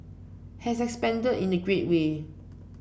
has expanded in a great way